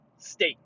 state